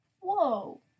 Whoa